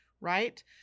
Right